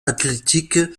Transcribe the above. athlétique